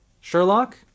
sherlock